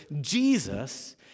Jesus